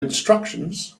instructions